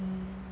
mm